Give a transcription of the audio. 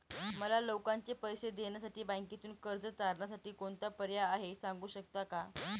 मला लोकांचे पैसे देण्यासाठी बँकेतून कर्ज तारणसाठी कोणता पर्याय आहे? सांगू शकता का?